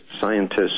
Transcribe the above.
scientists